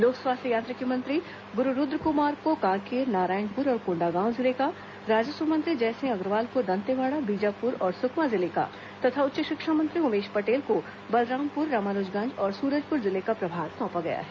लोक स्वास्थ्य यांत्रिकी मंत्री गुरू रूद्रकुमार को कांकेर नारायणपुर और कोंडागांव जिले का राजस्व मंत्री जयसिंह अग्रवाल को दंतेवाड़ा बीजापुर और सुकमा जिले का तथा उच्च शिक्षा मंत्री उमेश पटेल को बलरामपुर रामानुजगंज और सूरजपुर जिले का प्रभार सौंपा गया है